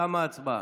תמה ההצבעה.